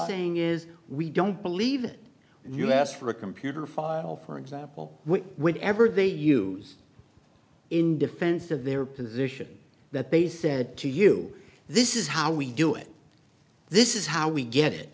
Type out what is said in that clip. saying is we don't believe it when you ask for a computer file for example when ever they use in defense of their position that they said to you this is how we do it this is how we get it